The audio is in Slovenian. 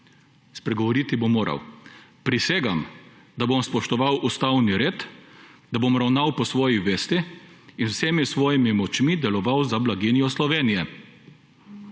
Spregovoriti bo moral. Prisegam, da bom spoštoval ustavni red, bom ravnal po svoji veste in z vsemi svojimi močmi deloval za blaginjo Slovenije.